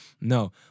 No